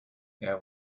air